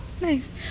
Nice